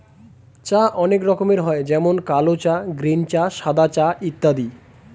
চা অনেক রকমের হয় যেমন কালো চা, গ্রীন চা, সাদা চা ইত্যাদি